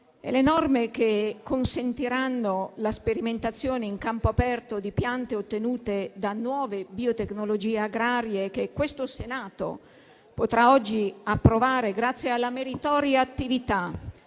Le norme che consentiranno la sperimentazione in campo aperto di piante ottenute da nuove biotecnologie agrarie, che il Senato potrà oggi approvare, grazie alla meritoria attività